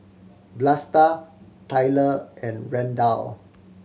Vlasta Tylor and Randal